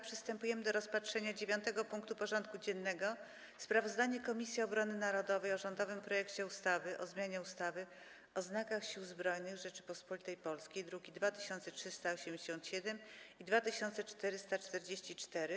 Przystępujemy do rozpatrzenia punktu 9. porządku dziennego: Sprawozdanie Komisji Obrony Narodowej o rządowym projekcie ustawy o zmianie ustawy o znakach Sił Zbrojnych Rzeczypospolitej Polskiej (druki nr 2387 i 2444)